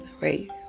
right